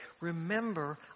Remember